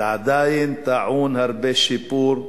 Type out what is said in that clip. זה עדיין טעון שיפור רב.